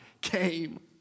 came